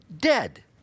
dead